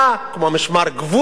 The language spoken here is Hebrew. כמו משמר הגבול,